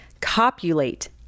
copulate